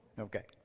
Okay